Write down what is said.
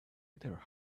rather